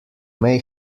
may